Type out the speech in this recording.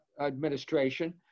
administration